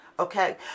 Okay